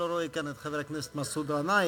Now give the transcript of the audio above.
לא רואה כאן את חבר הכנסת מסעוד גנאים,